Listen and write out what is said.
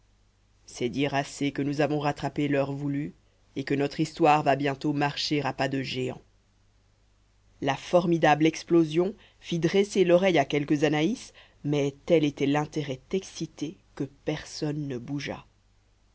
c'est dire assez que nous avons rattrapé l'heure voulue et que notre histoire va bientôt marcher à pas de géant la formidable explosion fit dresser l'oreille à quelques anaïs mais tel était l'intérêt excité que personne ne bougea